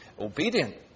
obedient